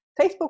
Facebook